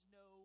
no